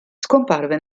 scomparve